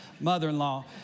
mother-in-law